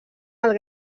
alt